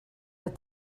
that